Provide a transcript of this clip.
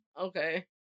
Okay